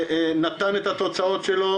נתן את התוצאות שלו,